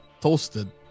toasted